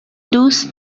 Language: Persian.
دوست